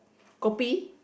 kopi